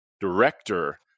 Director